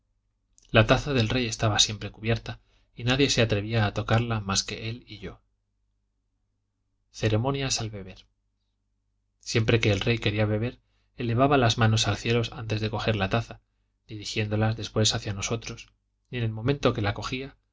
la taza del rey estaba siempre cubierta y nadie se atrevía a tocarla mas que él y yo ceremonias al beber siempre que el rey quería beber elevaba las manos al cielo antes de coger la taza dirigiéndolas después hacia nosotros y en el momento que la cogía